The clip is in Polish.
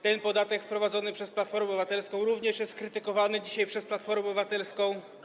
Ten podatek wprowadzony przez Platformę Obywatelską również jest krytykowany dzisiaj przez Platformę Obywatelską.